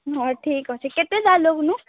ହଉ ଠିକ୍ ଅଛି କେତେଟା ଲବୁନୁ